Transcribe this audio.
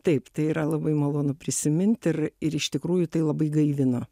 taip tai yra labai malonu prisimint ir ir iš tikrųjų tai labai gaivino